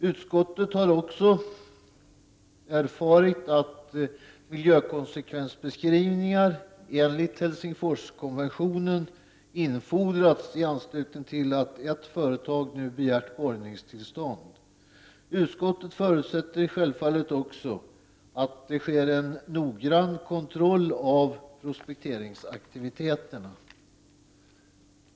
Utskottet har också erfarit att miljökonsekvensbeskrivningar enligt Helsingforskonventionen har infordrats i anslutning till att ett företag nu begärt borrningstillstånd. Utskottet förutsätter självfallet också att en noggrann kontroll sker av prospekteringsaktiviteterna.